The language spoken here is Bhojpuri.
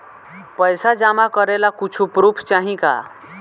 पैसा जमा करे ला कुछु पूर्फ चाहि का?